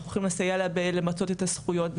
אנחנו יכולים לסייע לה בלמצות את הזכויות,